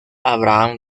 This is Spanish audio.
abraham